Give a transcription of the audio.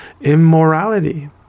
immorality